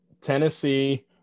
Tennessee